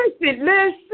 listen